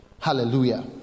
Hallelujah